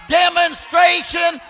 demonstration